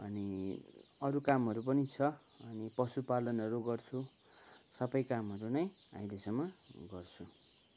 अनि अरू कामहरू पनि छ अनि पशु पालनहरू गर्छु सबै कामहरू नै अहिलेसम्म गर्छु